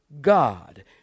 God